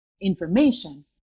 information